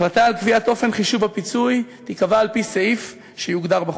החלטה על קביעת אופן חישוב הפיצוי תיקבע על-פי סעיף שיוגדר בחוק.